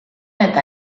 eta